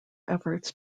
efforts